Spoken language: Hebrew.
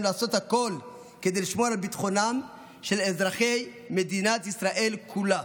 לעשות הכול כדי לשמור על ביטחונם של אזרחי מדינת ישראל כולה.